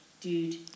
dude